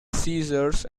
seizures